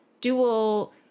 dual